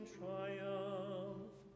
triumph